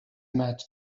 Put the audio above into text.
met